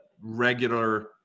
regular